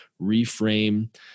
reframe